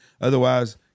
Otherwise